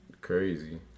Crazy